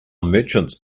merchants